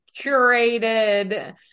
curated